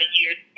years